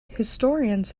historians